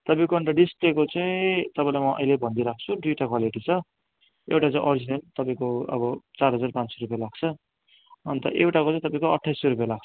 तपाईँको अन्त डिस्प्लेको चाहिँ तपाईँलाई म अहिले भनिदिइराख्छु दुइटा क्वालिटी छ एउटा चाहिँ अरिजिनल तपाईँको अब चार हजार पाँच सय रुपियाँ लाग्छ अन्त एउटाको चाहिँ तपाईँको अठ्ठाइस सय रुपियाँ लाग्छ